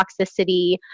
toxicity